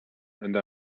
and